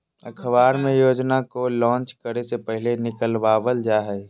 अखबार मे योजना को लान्च करे से पहले निकलवावल जा हय